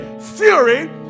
theory